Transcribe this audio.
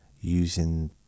Using